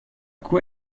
quoi